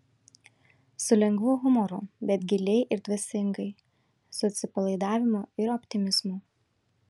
su lengvu humoru bet giliai ir dvasingai su atsipalaidavimu ir optimizmu